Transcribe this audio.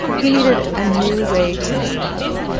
he needed a new way to make money.